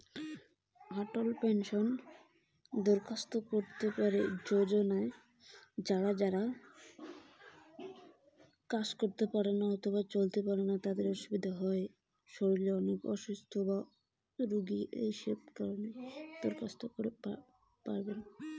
অটল pension যোজনায় কারা কারা দরখাস্ত করতে পারে?